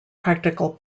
practical